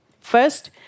First